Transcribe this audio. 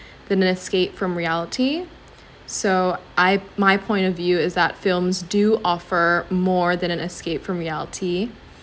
than an escape from reality so I my point of view is that films do offer more than an escape from reality